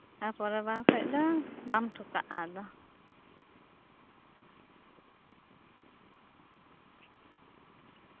ᱟᱨ ᱯᱚᱨᱮᱨ ᱵᱟᱨ ᱠᱷᱚᱡ ᱫᱚ ᱵᱟᱢ ᱴᱷᱚᱠᱟᱜᱼᱟ ᱟᱫᱚ